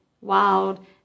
wild